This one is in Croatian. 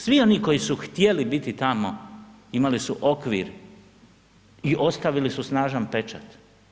Svi oni koji su htjeli biti tamo imali su okvir i ostavili su snažan pečat.